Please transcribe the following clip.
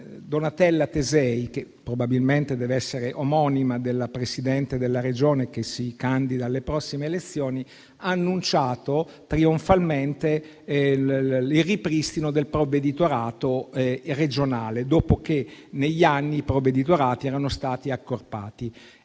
Donatella Tesei - che probabilmente deve essere un'omonima della candidata alle prossime elezioni come Presidente di Regione - ha annunciato trionfalmente il ripristino del provveditorato regionale, dopo che negli anni i provveditorati erano stati accorpati.